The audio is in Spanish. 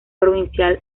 provincial